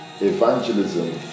evangelism